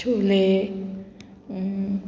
chole